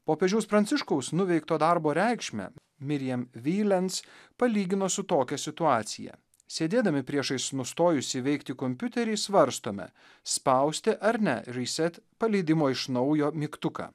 popiežiaus pranciškaus nuveikto darbo reikšmę myriam wijlens palygino su tokia situacija sėdėdami priešais nustojusį veikti kompiuterį svarstome spausti ar ne reset paleidimo iš naujo mygtuką